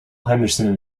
henderson